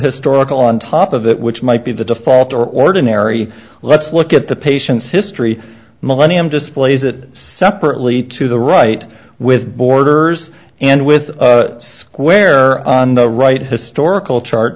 historical on top of it which might be the default or ordinary let's look at the patient's history millennium displays it separately to the right with borders and with the square on the right historical chart